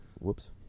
Whoops